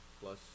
plus